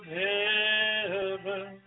heaven